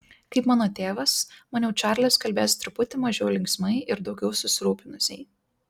kaip mano tėvas maniau čarlis kalbės truputį mažiau linksmai ir daugiau susirūpinusiai